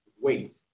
wait